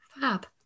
Fab